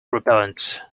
repellent